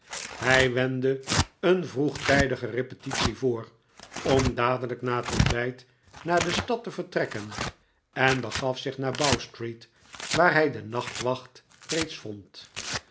hij wendde een vroegtijdige repetitie voor om dadelijk na het ontbijt naar de stad te vertrekken en begaf zich naar bow-street waar hij den nachtwacht reeds vond